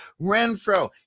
Renfro